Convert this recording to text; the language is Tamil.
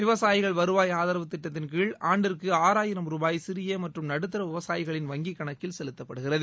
விவசாயிகள் வருவாய் ஆதரவு திட்டத்தின்கீழ் ஆண்டிற்கு ஆறாயிரம் ரூபாய் சிறிய மற்றும் நடுத்தர விவசாயிகளின் வங்கிக் கணக்கில் செலுத்தப்படுகிறது